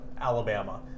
alabama